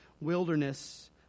wilderness